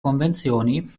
convenzioni